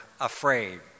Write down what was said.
afraid